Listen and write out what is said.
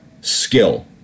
skill